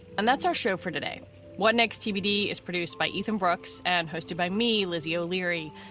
and that's our show for today what next? tbd is produced by ethan brooks and hosted by me, lizzie o'leary,